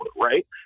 right